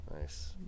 Nice